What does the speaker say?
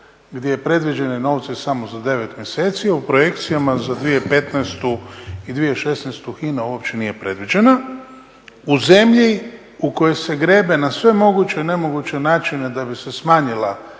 gdje je predviđene novce samo za 9 mjeseci, u projekcijama za 2015. i 2016. HINA uopće nije predviđena u zemlji u kojoj se grebe na svemoguće i nemoguće načine da bi se smanjila